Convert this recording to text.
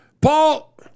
Paul